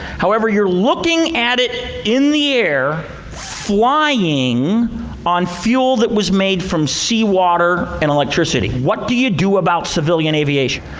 however, you're looking at it in the air flying on fuel that was made from sea water and electricity. what do you do about civilian aviation?